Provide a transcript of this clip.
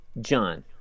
John